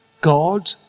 God